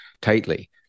tightly